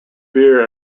beer